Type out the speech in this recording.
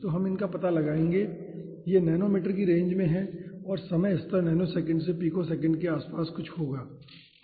तो हम इनका पता लगाएंगे यह नैनोमीटर की रेंज में है और समय स्तर नैनोसेकंड से पिकोसेकंड के आसपास कुछ होगा ठीक है